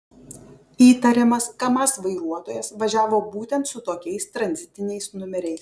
įtariamas kamaz vairuotojas važiavo būtent su tokiais tranzitiniais numeriais